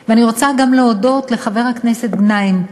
שנים רבות, ואני רוצה גם להודות לחבר הכנסת גנאים,